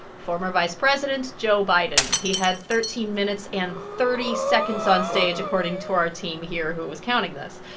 former vice president joe biden. he had thirteen minutes and thirty seconds on stage according to our team here, who was counting this.